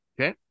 Okay